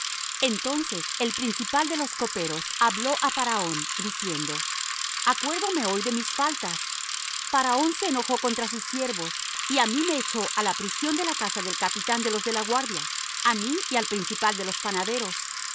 entonces el principal de los coperos habló á faraón diciendo acuérdome hoy de mis faltas faraón se enojó contra sus siervos y á mí me echó á la prisión de la casa del capitán de los de la guardia á mí y al principal de los panaderos